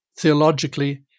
theologically